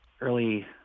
early